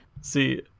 See